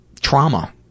trauma